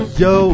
yo